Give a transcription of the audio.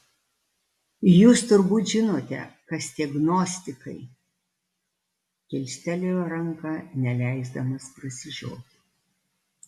jūs turbūt žinote kas tie gnostikai kilstelėjo ranką neleisdamas prasižioti